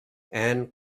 anne